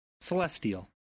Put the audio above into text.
Celestial